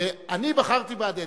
אני בחרתי את אדלשטיין,